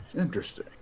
Interesting